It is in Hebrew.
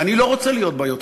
ואני לא רוצה להיות בה יותר.